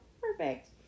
Perfect